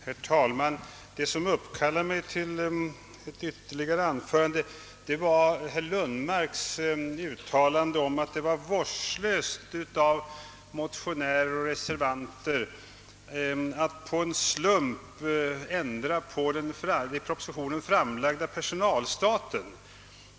Herr talman! Det som uppkallar mig till ett ytterligare anförande är herr Lundmarks uttalande, att det var vårdslöst av motionärer och reservanter att på en höft ändra på den i propositionen framlagda personalstaten.